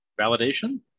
validation